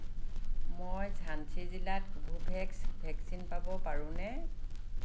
মই ঝান্সী জিলাত Covovax vaccine পাব পাৰোঁনে